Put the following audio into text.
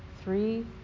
three